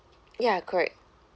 ya correct